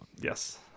yes